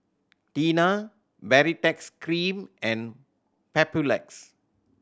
Tena Baritex Cream and Papulex